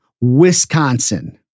Wisconsin